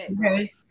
Okay